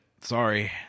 Sorry